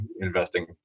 investing